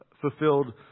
fulfilled